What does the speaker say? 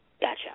Gotcha